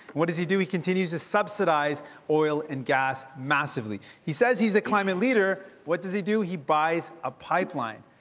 what does he do? he continues to subsidizes oil and gas massively. he says he's a climate leader. what does he do? he buys a pipeline.